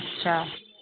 اچھا